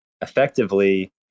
effectively